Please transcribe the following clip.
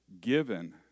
given